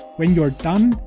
when you are done,